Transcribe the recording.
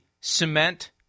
cement